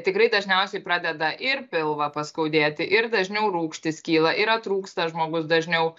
tikrai dažniausiai pradeda ir pilvą paskaudėti ir dažniau rūgštys kyla ir atrūgsta žmogus dažniau